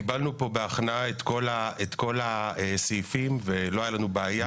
קיבלנו פה בהכנעה את כל הסעיפים ולא הייתה לנו בעיה.